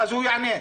שיגיד שאין לו.